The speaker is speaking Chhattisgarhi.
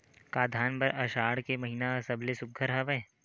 का धान बर आषाढ़ के महिना सबले सुघ्घर हवय?